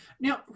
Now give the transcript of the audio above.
Now